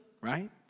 right